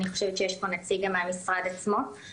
אני חושבת שיש פה גם נציג מהמשרד עצמו.